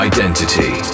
Identity